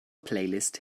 playlist